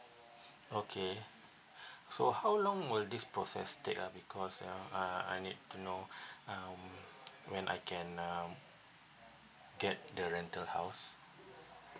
okay so how long will this process take ah because um uh I need to know um when I can um get the rental house